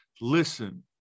Listen